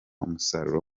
umusaruro